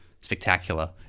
spectacular